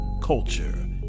culture